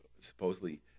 supposedly